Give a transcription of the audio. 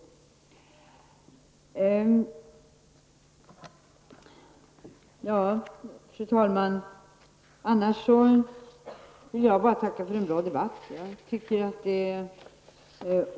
Fru talman! I övrigt vill jag bara tacka för en bra debatt.